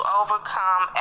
overcome